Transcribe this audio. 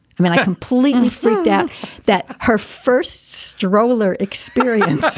i mean, i completely freaked out that her first stroller experience,